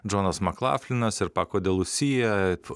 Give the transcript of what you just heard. džonas maklafinas ir pako de lusija